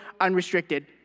unrestricted